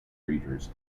breeders